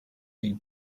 been